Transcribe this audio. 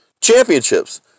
championships